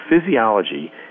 physiology